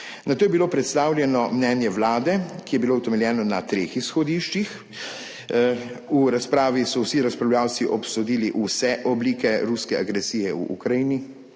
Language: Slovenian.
Nato je bilo predstavljeno mnenje Vlade, ki je bilo utemeljeno na treh izhodiščih. V razpravi so vsi razpravljavci obsodili vse oblike ruske agresije v Ukrajini,